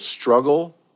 struggle